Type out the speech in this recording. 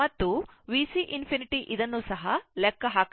ಮತ್ತು VC ∞ ಇದನ್ನು ಸಹ ಲೆಕ್ಕಹಾಕಲಾಗಿದೆ ಇದು 2 Volt ಆಗಿದೆ